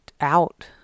out